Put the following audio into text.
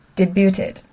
debuted